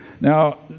Now